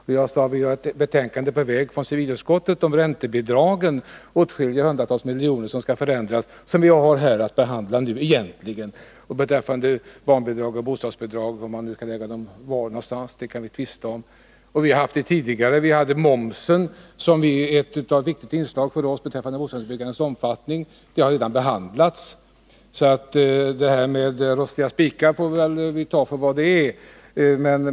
Jag sade också att det är ett betänkande på väg från civilutskottet om räntebidragen — det är en förändring som avser åtskilliga hundratals miljoner och som vi egentligen skulle behandla nu. Det gäller barnbidragen och bostadsbidragen; var vi skall lägga pengarna någonstans kan vi tvista om. Det gällde tidigare bl.a. momsen, som är ett viktigt inslag för oss när det gäller bostadsbyggandets omfattning. Det förslaget har redan behandlats, så det här med rostiga spikar får vi ta för vad det är.